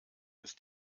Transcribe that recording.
ist